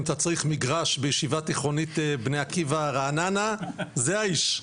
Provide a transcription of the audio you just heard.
אם אתה צריך מגרש בישיבה תיכונית בני עקיבא רעננה זה האיש,